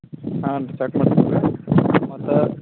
ಹಾಂ ರೀ ಸ್ಟಾರ್ಟ್ ಮತ್ತು